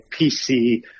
PC